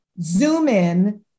Zoom-in